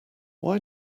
why